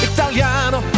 Italiano